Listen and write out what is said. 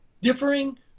differing